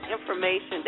information